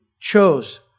chose